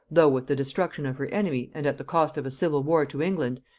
though with the destruction of her enemy and at the cost of a civil war to england,